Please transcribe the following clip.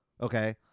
Okay